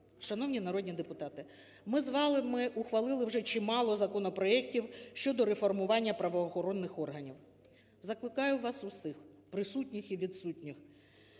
Шановні народні депутати! Ми з вами ухвалили вже чимало законопроектів щодо реформування правоохоронних органів. Закликаю вас усіх, присутніх і відсутніх,